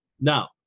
Now